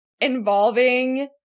involving